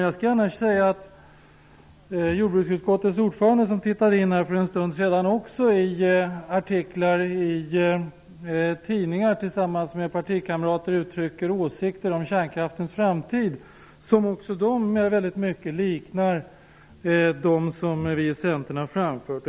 Jag skall gärna säga att jordbruksutskottets ordförande i tidningsartiklar tillsammans med partikamrater uttryckt åsikter om kärnkraftens framtid som också de väldigt mycket liknar dem som vi i Centern har framfört.